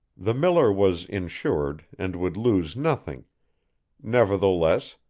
the miller was insured, and would lose nothing nevertheless,